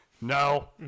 no